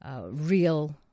real